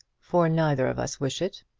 for neither of us wish it.